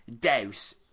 douse